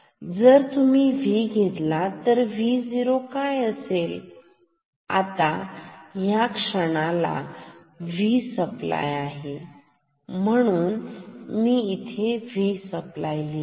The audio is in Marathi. जर तुम्ही V घेतला तर Vo काय असेल आता ह्या क्षणाला V सप्लाय आहे म्हणून मी इथे V सप्लाय लिहिले